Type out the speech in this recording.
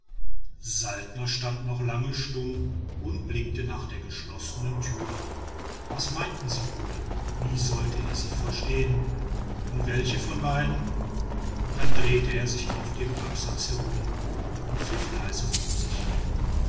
saltner stand noch lange stumm und blickte nach der geschlossenen tür was meinten sie wohl wie sollte er sie verstehen und welche von beiden dann drehte er sich auf dem absatz herum und pfiff leise vor sich hin